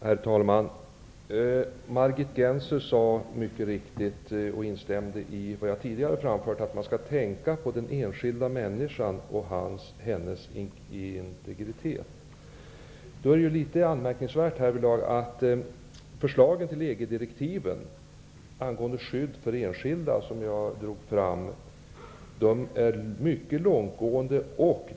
Herr talman! Margit Gennser instämde i vad jag tidigare framförde, nämligen att vi skall tänka på den enskilda människan och hans eller hennes integritet. Då är det litet anmärkningsvärt att förslagen till EG-direktiven angående skydd för enskilda, som jag drog fram, är mycket mer långtgående.